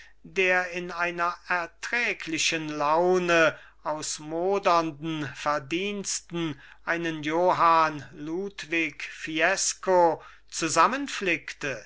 der in einer erträglichen laune aus modernden verdiensten einen johann ludwig fiesco zusammenflickte